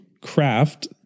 craft